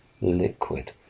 liquid